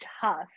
tough